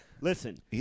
Listen